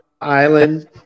Island